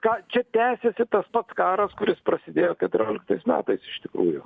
ką čia tęsiasi tas pats karas kuris prasidėjo keturioliktais metais iš tikrųjų